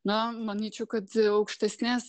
na manyčiau kad aukštesnės